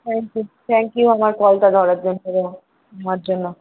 thank you thank you আমার কলটা ধরার জন্য শোনার জন্য